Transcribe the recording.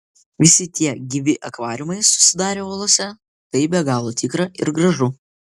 visi tie gyvi akvariumai susidarę uolose tai be galo tikra ir gražu